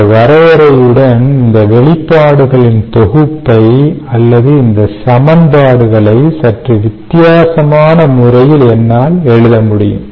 இந்த வரையறையுடன் இந்த வெளிப்பாடுகளின் தொகுப்பை அல்லது இந்த சமன்பாடுகளை சற்று வித்தியாசமான முறையில் என்னால் எழுத முடியும்